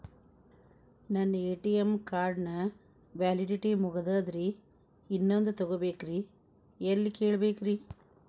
ನನ್ನ ATM card ನ validity ಮುಗದದ್ರಿ ಇನ್ನೊಂದು ತೊಗೊಬೇಕ್ರಿ ಎಲ್ಲಿ ಕೇಳಬೇಕ್ರಿ?